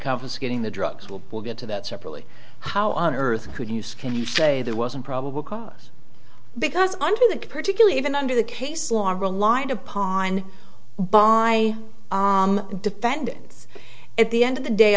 covers getting the drugs will get to that separately how on earth could use can you say there wasn't probable cause because under that particularly even under the case law relied upon by defendants at the end of the day